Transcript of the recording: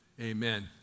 Amen